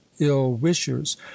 ill-wishers